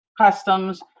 customs